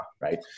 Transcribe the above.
right